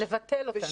זה לבטל אותן.